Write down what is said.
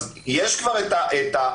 אז יש כבר את הפשע,